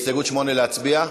הסתייגות 8, להצביע?